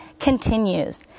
continues